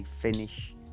finish